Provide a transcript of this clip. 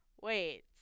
wait